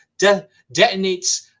detonates